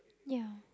ya